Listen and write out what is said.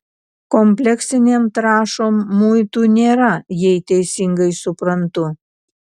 kompleksinėm trąšom muitų nėra jei teisingai suprantu